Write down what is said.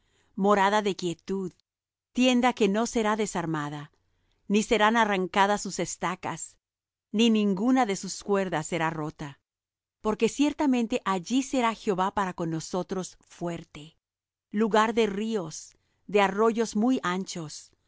morada de quietud tienda que no será desarmada ni serán arrancadas sus estacas ni ninguna de sus cuerdas será rota porque ciertamente allí será jehová para con nosotros fuerte lugar de ríos de arroyos muy anchos